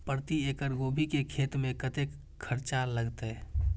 प्रति एकड़ गोभी के खेत में कतेक खर्चा लगते?